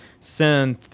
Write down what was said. synth